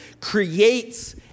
creates